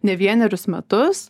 ne vienerius metus